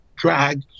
drag